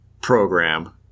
program